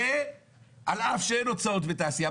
על אף שאין הוצאות לתעשייה,